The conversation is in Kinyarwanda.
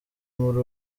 muri